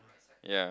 ya